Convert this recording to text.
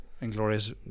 Inglorious